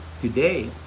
today